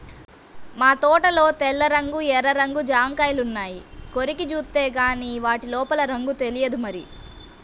మా తోటలో తెల్ల రంగు, ఎర్ర రంగు జాంకాయలున్నాయి, కొరికి జూత్తేగానీ వాటి లోపల రంగు తెలియదు మరి